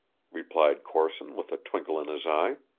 replied corson with a twinkle in his eye.